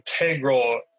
integral